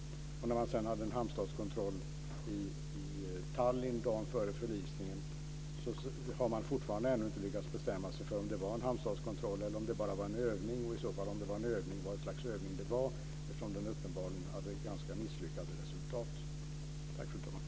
Dagen före förlisningen hade man en hamnstadskontroll i Tallin, men man har ännu inte lyckats bestämma sig för om det var en hamnstadskontroll eller om det bara var en övning och vad för slags övning det i så fall var, eftersom den uppenbarligen hade ett ganska misslyckat resultat.